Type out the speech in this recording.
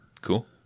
Cool